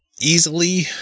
easily